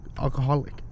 Alcoholic